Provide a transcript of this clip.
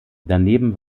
daneben